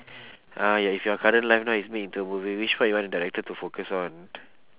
ah ya if your current life now is made into a movie which part you want the director to focus on